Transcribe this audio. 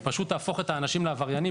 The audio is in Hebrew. היא פשוט תהפוך את האנשים לעבריינים